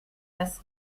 das